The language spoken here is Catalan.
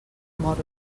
mor